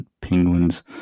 Penguins